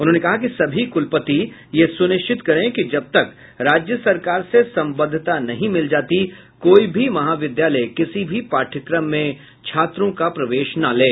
उन्होंने कहा कि सभी कुलपति यह सुनिश्चित करें कि जबतक राज्य सरकार से संबद्धता नहीं मिल जाती कोई भी महाविद्यालय किसी भी पाठ्यक्रम में छात्रों का प्रवेश न लें